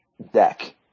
Deck